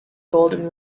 golden